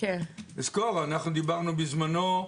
תזכור, דיברנו בזמנו,